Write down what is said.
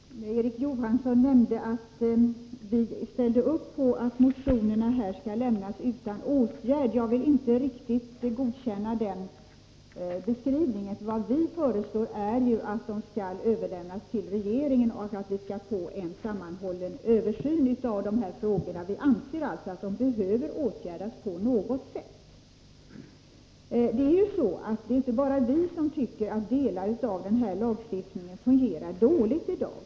Herr talman! Erik Johansson nämnde att vi ställde upp på förslaget att motionerna skall lämnas utan åtgärd. Jag vill inte riktigt godkänna den beskrivningen. Vad vi föreslår är att motionerna skall överlämnas till regeringen och att vi skall få en sammanhållen översyn av dessa frågor. Vi anser alltså att de behöver åtgärdas på något sätt. Det är inte bara vi som tycker att delar av denna lagstiftning fungerar dåligt i dag.